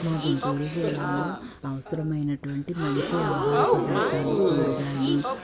మా గుంటూరు జిల్లాలో అవసరమైనటువంటి మంచి ఆహార పదార్థాలు కూరగాయలు